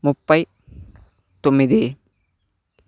ముప్పై తొమ్మిది